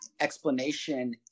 explanation